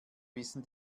wissen